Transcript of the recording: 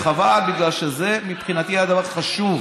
וכבודו חשוב לנו,